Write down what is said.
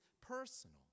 personal